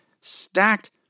stacked